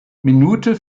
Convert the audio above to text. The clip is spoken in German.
minute